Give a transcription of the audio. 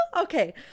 okay